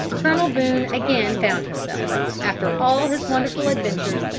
colonel boone again found himself, after all his wonderful adventures,